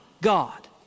God